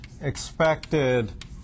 expected